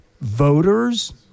voters